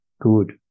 good